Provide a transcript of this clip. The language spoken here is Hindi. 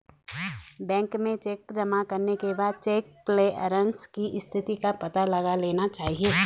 बैंक में चेक जमा करने के बाद चेक क्लेअरन्स की स्थिति का पता लगा लेना चाहिए